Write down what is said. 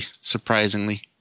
surprisingly